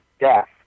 death